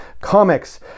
comics